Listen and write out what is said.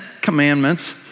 commandments